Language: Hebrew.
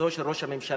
בנוכחותו של ראש הממשלה,